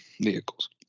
vehicles